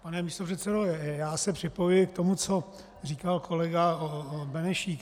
Pane místopředsedo, já se připojuji k tomu, co říkal kolega Benešík.